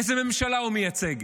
איזו ממשלה הוא מייצג?